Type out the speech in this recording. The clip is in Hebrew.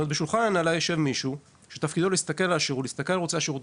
בשולחן ההנהלה ישב מישהו שתפקידו להסתכל על ערוצי השירות,